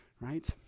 right